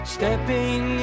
Stepping